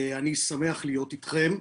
אני שמח להיות איתכם.